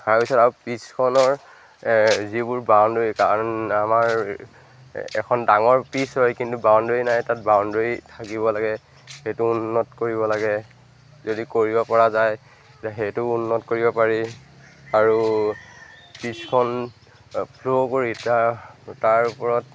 তাৰপিছত আৰু পিছখনৰ যিবোৰ বাউণ্ডৰী কাৰণ আমাৰ এখন ডাঙৰ পিছ হয় কিন্তু বাউণ্ডৰী নাই তাত বাউণ্ডৰী থাকিব লাগে সেইটো উন্নত কৰিব লাগে যদি কৰিবপৰা যায় যে সেইটো উন্নত কৰিব পাৰি আৰু পিছখন ফ্ল'ৰ কৰি তাৰ তাৰ ওপৰত